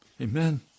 Amen